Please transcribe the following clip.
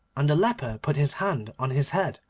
and the leper put his hand on his head,